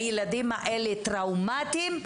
הילדים האלה טראומתיים.